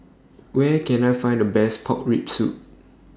Where Can I Find The Best Pork Rib Soup